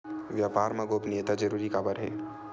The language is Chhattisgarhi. व्यापार मा गोपनीयता जरूरी काबर हे?